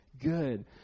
good